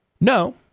No